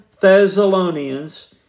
Thessalonians